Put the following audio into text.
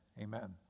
amen